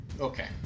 Okay